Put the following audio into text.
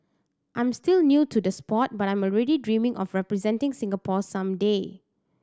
I'm still new to the sport but I'm already dreaming of representing Singapore some day